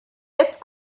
jetzt